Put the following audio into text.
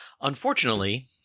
Unfortunately